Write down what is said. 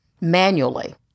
manually